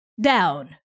down